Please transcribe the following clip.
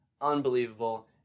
unbelievable